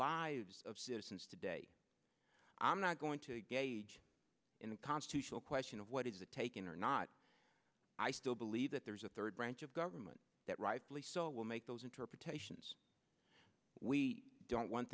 lives of citizens today i'm not going to gauge in the constitutional question of what is a taking or not i still believe that there is a third branch of government that rightly so will make those interpretations we don't want